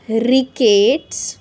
rickets